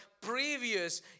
previous